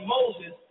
Moses